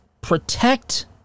protect